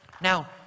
Now